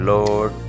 Lord